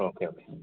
okay okay